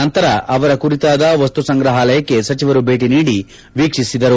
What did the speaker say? ನಂತರ ಅವರ ಕುರಿತಾದ ವಸ್ತುಸಂಗ್ರಾಹಲಯಕ್ಕೆ ಸಚಿವರು ಭೇಟಿ ನೀಡಿ ವೀಕ್ವಿಸಿದರು